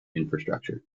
infrastructure